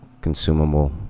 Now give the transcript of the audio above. consumable